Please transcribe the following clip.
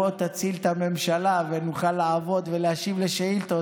בוא תציל את הממשלה ונוכל לעבוד ולהשיב על שאילתות,